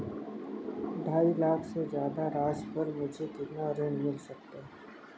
ढाई लाख से ज्यादा राशि पर मुझे कितना ऋण मिल सकता है?